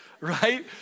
right